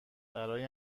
برای